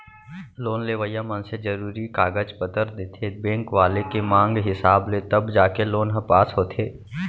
loan लेवइया मनसे जरुरी कागज पतर देथे बेंक वाले के मांग हिसाब ले तब जाके लोन ह पास होथे